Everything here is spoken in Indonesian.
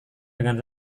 dengan